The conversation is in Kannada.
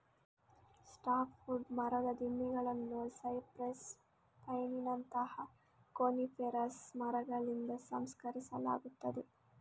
ಸಾಫ್ಟ್ ವುಡ್ ಮರದ ದಿಮ್ಮಿಗಳನ್ನು ಸೈಪ್ರೆಸ್, ಪೈನಿನಂತಹ ಕೋನಿಫೆರಸ್ ಮರಗಳಿಂದ ಸಂಸ್ಕರಿಸಲಾಗುತ್ತದೆ